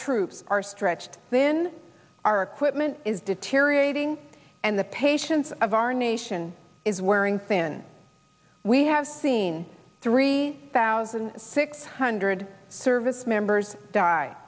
troops are stretched thin our equipment is deteriorating and the patience of our nation is wearing thin we have seen three thousand six hundred service members die